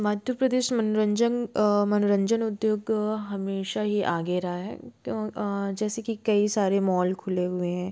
मध्य प्रदेश मनोरंजंग मनोरंजन उद्योग हमेशा ही आगे रहा है जैसे कि कई सारे मॉल खुल हुए हैं